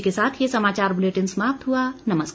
इसी के साथ ये समाचार बुलेटिन समाप्त हुआ नमस्कार